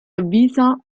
avvisa